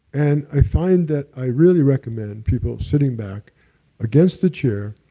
and i find that i really recommend people sitting back against the chair,